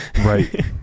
Right